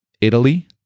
Italy